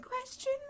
Question